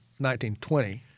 1920